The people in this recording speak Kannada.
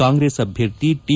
ಕಾಂಗ್ರೆಸ್ ಅಭ್ಯರ್ಥಿ ಟಿ